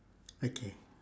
okay